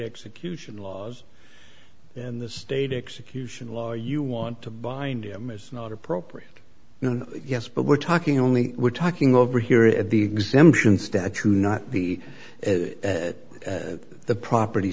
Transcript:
execution laws and the state execution law you want to bind him is not appropriate yes but we're talking only we're talking over here it the exemption statue not be the property